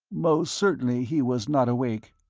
most certainly he was not awake.